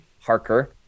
Harker